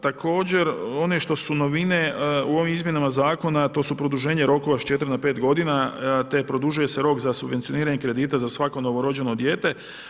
Također, one što su novine u ovim izmjenama zakona, to su produženje rokova s 4 na 5 godina, te produžuje se rok za subvencioniranje kredita za svako novorođeno dijete.